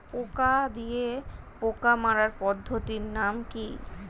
পোকা দিয়ে পোকা মারার পদ্ধতির নাম কি?